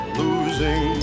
losing